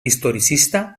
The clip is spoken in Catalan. historicista